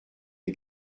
des